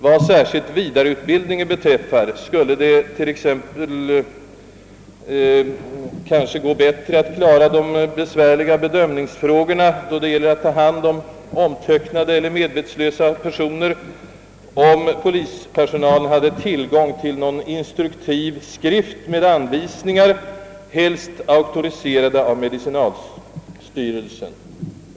Vad särskilt beträffar vidareutbildningen skulle det t.ex. kanske kunna gå bättre att klara de besvärliga bedömningsfrågorna vid omhändertagande av omtöcknade eller medvetslösa personer, om Ppolispersonalen hade tillgång till någon instruktiv skrift med anvisningar, helst auktoriserad av medicinalstyrelsen.